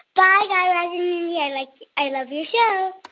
guy guy raz and mindy. i like i love your show